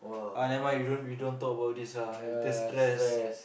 ah never mind we don't we don't talk about this ah later stress